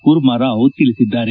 ಕೂರ್ಮಾರಾವ್ ತಿಳಿಸಿದ್ದಾರೆ